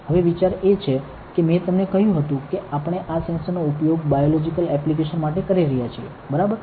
હવે વિચાર એ છે કે મેં તમને કહ્યું હતુ કે આપણે આ સેન્સરનો ઉપયોગ બાયોલોજીકલ એપ્લિકેશન માટે કરી રહ્યા છીએ બરાબર